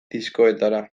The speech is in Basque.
diskotekara